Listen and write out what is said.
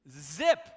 Zip